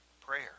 prayer